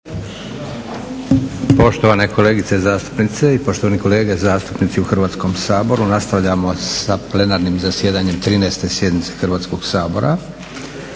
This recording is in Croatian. Poštovane kolegice zastupnice i poštovani kolege zastupnici u Hrvatskom saboru, nastavljamo s plenarnim zasjedanjem 13. sjednice Hrvatskog sabora